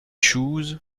chooz